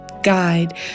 guide